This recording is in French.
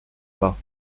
pas